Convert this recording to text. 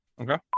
Okay